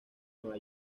nueva